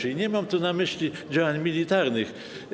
I nie mam tu na myśli działań militarnych.